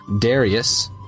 Darius